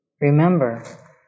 Remember